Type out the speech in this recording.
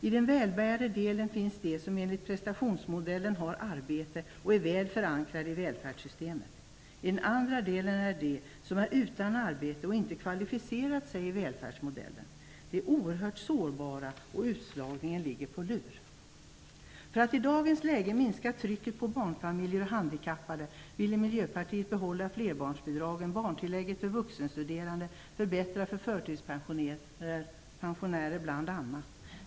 I den välbärgade delen finns de, som enligt prestationsmodellen har arbete och är väl förankrade i välfärdssystemet. I den andra delen finns de som är utan arbete och som inte kvalificerat sig i välfärdsmodellen. De är oerhört sårbara, och utslagningen ligger på lur. För att i dagens läge minska trycket på barnfamiljer och handikappade ville Miljöpartiet bl.a. behålla flerbarnsbidragen och barntillägget för vuxenstuderande och förbättra villkoren för förtidspensionärer.